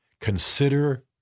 consider